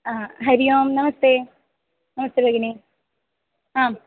हा हरिः ओम् नमस्ते नमस्ते भगिनि आम्